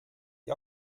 die